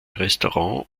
restaurant